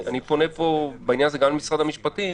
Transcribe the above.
אני פונה בעניין הזה גם למשרד המשפטים